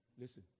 listen